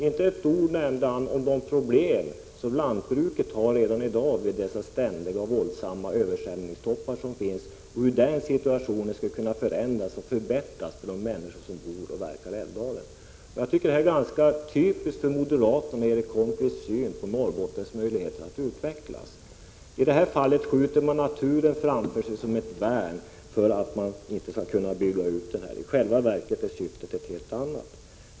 Inte heller nämnde han ett ord om de problem som lantbruket har redan i dag på grund av de ständiga och våldsamma översvämningstopparna eller om hur situationen skulle kunna förändras och förbättras för människorna där uppe. Jag tycker detta är ganska typiskt för moderaternas och Erik Holmkvists syn på Norrbottens möjligheter att utvecklas. I det här fallet skjuter man naturen framför sig som ett värn mot en utbyggnad av älvarna. I själva verket är syftet ett helt annat.